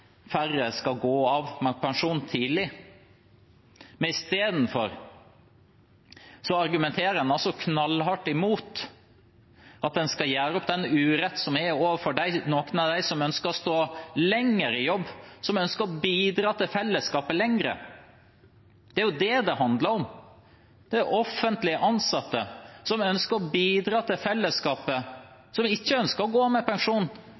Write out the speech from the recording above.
knallhardt imot at en skal gjøre opp for den uretten som er overfor noen av dem som ønsker å stå lenger i jobb, som ønsker å bidra til fellesskapet lenger. Det er det det handler om: offentlig ansatte som ønsker å bidra til fellesskapet, og som ikke ønsker å gå av med pensjon,